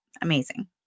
amazing